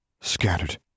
Scattered